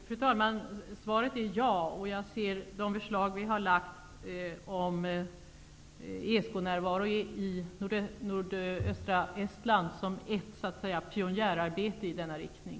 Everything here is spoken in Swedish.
Fru talman! Svaret är ja. Jag ser de förslag vi har lagt fram om ESK-närvaro i nordöstra Estland som ett pionjärarbete i denna riktning.